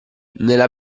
nella